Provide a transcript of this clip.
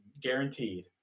guaranteed